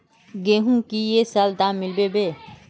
गेंहू की ये साल दाम मिलबे बे?